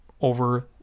over